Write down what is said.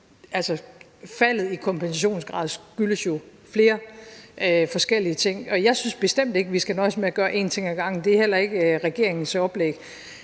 faldet i kompensationsgraden skyldes jo flere forskellige ting. Jeg synes bestemt ikke, at vi skal nøjes med at gøre én ting ad gangen, og det er heller ikke regeringens oplæg.